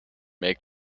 make